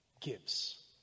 gives